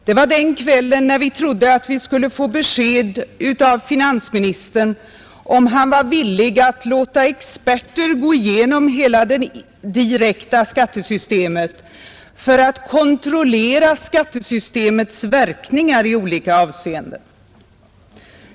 Det var den kvällen vi trodde vi skulle få besked av finansministern om han var villig att låta experter gå igenom hela det direkta skattesystemet för att kontrollera skattesystemets verkningar i olika avseenden.